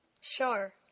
Sure